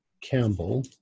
Campbell